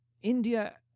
India